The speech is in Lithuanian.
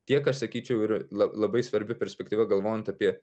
tiek aš sakyčiau ir la labai svarbi perspektyva galvojant apie